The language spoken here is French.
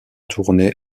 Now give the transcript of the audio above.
tourné